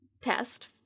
test